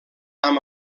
amb